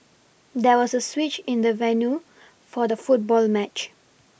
there was a switch in the venue for the football match